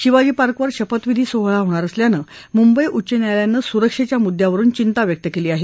शिवाजी पार्कवर शपथविधी सोहळा होणार असल्यानं मुंबई उच्च न्यायालयानं सुरक्षेच्या मुद्यावरुन चिंता व्यक्त केली आहे